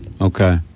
Okay